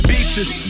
Beaches